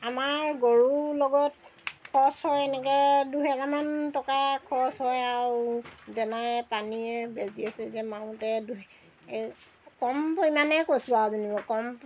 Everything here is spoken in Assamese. আমাৰ গৰুৰ লগত খৰচ হয় এনেকৈ দুহেজাৰমান টকা খৰচ হয় আৰু দানাই পানীয়ে বেজিয়ে চেজিয়ে মাৰোঁতে এই কম পৰিমাণেই কৈছোঁ আৰু যেনিবা কম